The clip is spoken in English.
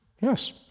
Yes